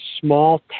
small